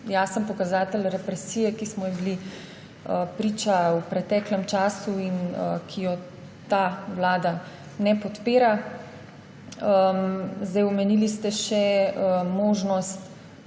jasen pokazatelj represije, ki smo ji bili priče v preteklem času in ki jo ta vlada ne podpira. Omenili ste še možnost